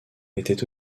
était